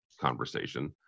conversation